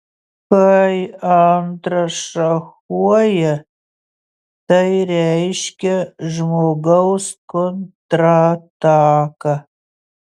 kai antras šachuoja tai reiškia žmogaus kontrataką